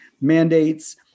mandates